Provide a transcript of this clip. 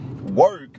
work